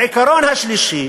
העיקרון השלישי,